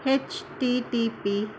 http